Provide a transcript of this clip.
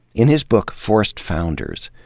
in his book, forced founders,